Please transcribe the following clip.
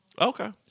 Okay